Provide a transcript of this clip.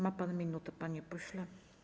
Ma pan minutę, panie pośle.